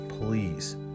please